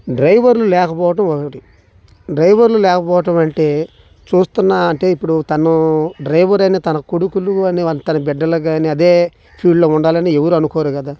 డ్రైవర్లు లేకపోవడం ఒకటి డ్రైవర్లు లేకపోవడం అంటే చూస్తున్నా అంటే ఇప్పుడూ తనూ డ్రైవర్ అని తన కొడుకులు అని తన బిడ్డల కాని అదే ఫీల్డ్లో ఉండాలని ఎవ్వురూ అనుకోరు కదా